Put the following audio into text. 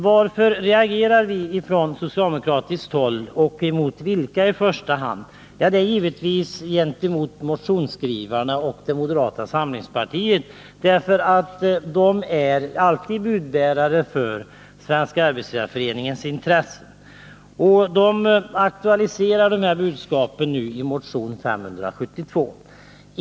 Varför reagerar vi från socialdemokratiskt håll, och mot vilka reagerar vi i första hand? Det är givetvis gentemot motionsskrivarna och moderata samlingspartiet. Moderaterna är alltid budbärare för Svenska arbetsgivareföreningens intressen, och SAF:s budskap aktualiseras i motion Sn.